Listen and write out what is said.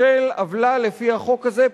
בשל עוולה לפי החוק הזה,